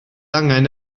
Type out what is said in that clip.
angen